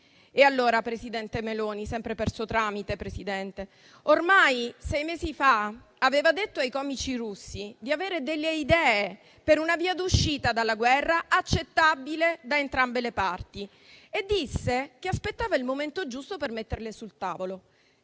Allora, presidente Meloni, sempre per suo tramite Presidente, ormai sei mesi fa aveva detto ai comici russi di avere delle idee per una via d'uscita dalla guerra accettabile da entrambe le parti e disse che aspettava il momento giusto per metterle sul tavolo.